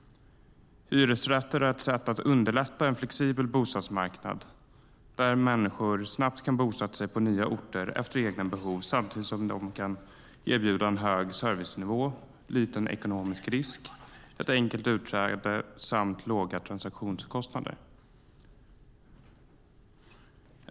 Hyresrätter är ett sätt att underlätta en flexibel bostadsmarknad där människor snabbt kan bosätta sig på nya orter efter egna behov samtidigt som hyresrätten kan erbjuda en hög servicenivå, liten ekonomisk risk, ett enkelt utträde samt låga transaktionskostnader.